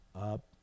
up